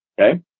Okay